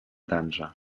dansa